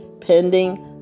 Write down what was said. Pending